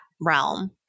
realm